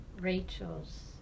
Rachel's